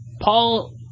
Paul